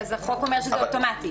אז החוק אומר שזה אוטומטי.